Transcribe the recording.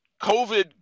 covid